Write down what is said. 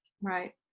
Right